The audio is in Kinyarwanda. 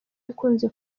ikunze